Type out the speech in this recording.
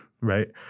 right